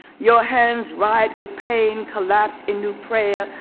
your hands right with pain collapse a new prayer.